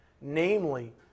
namely